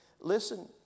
listen